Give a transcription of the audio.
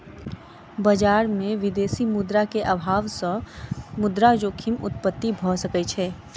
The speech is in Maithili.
बजार में विदेशी मुद्रा के अभाव सॅ मुद्रा जोखिम उत्पत्ति भ सकै छै